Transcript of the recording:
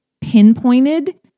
pinpointed